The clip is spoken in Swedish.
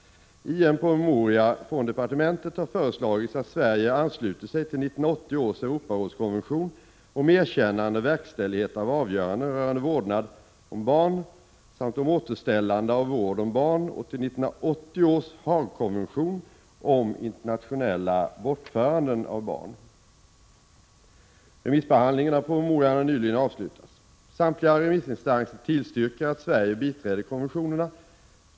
I en promemoria från departementet har föreslagits att Sverige ansluter sig till 1980 års Europarådskonvention om erkännande och verkställighet av avgöranden rörande vårdnad om barn samt om återställande av vård om barn och till 1980 års Haagkonvention om internationella bortföranden av barn. Remissbehandlingen av promemorian har nyligen avslutats. Samtliga remissinstanser tillstyrker att Sverige biträder konventionerna.